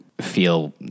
feel